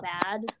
bad